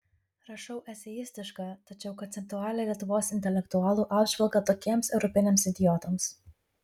rašau eseistišką tačiau konceptualią lietuvos intelektualų apžvalgą tokiems europiniams idiotams